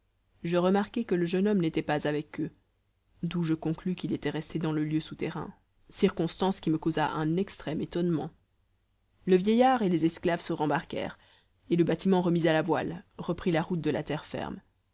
je remarquai que le jeune homme n'était pas avec eux d'où je conclus qu'il était resté dans le lieu souterrain circonstance qui me causa un extrême étonnement le vieillard et les esclaves se rembarquèrent et le bâtiment remis à la voile reprit la route de la terre ferme